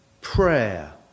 prayer